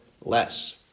less